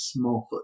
Smallfoot